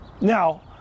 Now